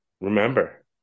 remember